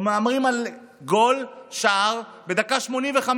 או מהמרים על גול, שער, בדקה ה-85